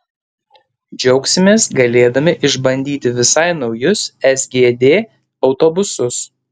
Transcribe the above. džiaugsimės galėdami išbandyti visai naujus sgd autobusus